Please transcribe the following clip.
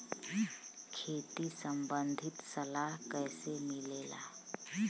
खेती संबंधित सलाह कैसे मिलेला?